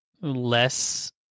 less